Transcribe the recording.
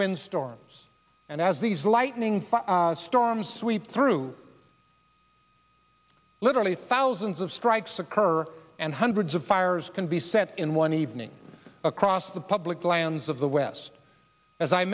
wind storms and as these lightning storms sweep through literally thousands of strikes occur and hundreds of fires can be set in one evening across the public lands of the west as i